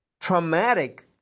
traumatic